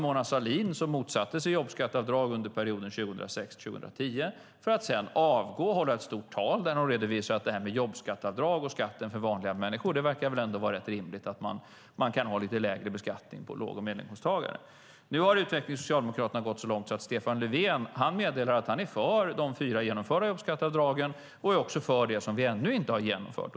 Mona Sahlin motsatte sig jobbskatteavdrag under perioden 2006-2010 för att sedan avgå och hålla ett stort tal där hon redovisade att det här med jobbskatteavdrag på skatten för vanliga människor och att ha lite lägre beskattning på låg och medelinkomsttagare verkade rätt rimligt. Nu har utvecklingen i Socialdemokraterna gått så långt att Stefan Löfven meddelar att han är för de fyra genomförda jobbskatteavdragen och också för det jobbskatteavdrag som vi ännu inte genomfört.